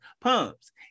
pumps